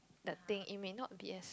that thing it may not be as